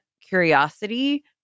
curiosity